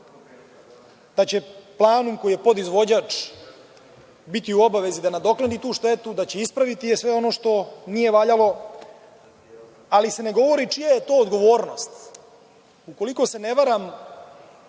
da će „Planum“, koji je podizvođač, biti u obavezi da nadoknadi tu štetu, da će ispraviti sve ono što nije valjalo, ali se ne govori čija je to odgovornost. Ukoliko se ne varam,